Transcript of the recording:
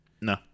No